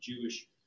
Jewish